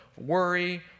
worry